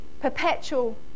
Perpetual